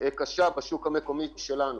קשה בשוק המקומי שלנו.